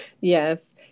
Yes